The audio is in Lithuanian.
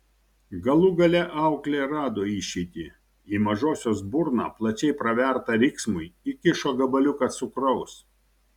galų gale auklė rado išeitį į mažosios burną plačiai pravertą riksmui įkišo gabaliuką cukraus